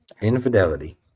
Infidelity